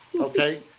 Okay